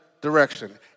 direction